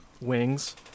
Wings